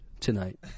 Tonight